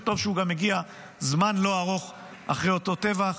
וטוב שהוא גם מגיע זמן לא ארוך אחרי אותו טבח.